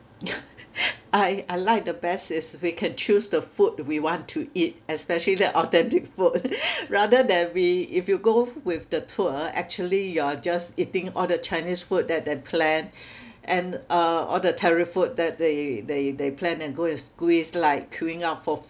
I I like the best is we can choose the food we want to eat especially the authentic food rather than we if you go with the tour actually you are just eating all the chinese food that they plan and uh all the type of food that they they they plan and go and squeeze like queuing up for